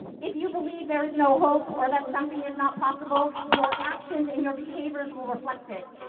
if you believe there is no hope or that something is not possible, your actions and your behaviors will reflect it.